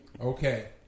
Okay